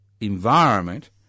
environment